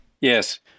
Yes